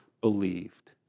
believed